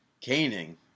Caning